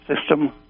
system